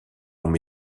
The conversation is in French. longs